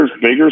bigger